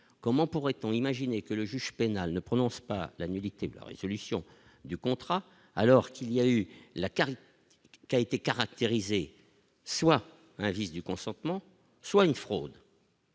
comment pourrait-on imaginer que le juge pénal ne prononce pas la nullité de la résolution du contrat alors qu'il y a eu la carte qui a été caractérisée soit un vice du consentement soit une fraude.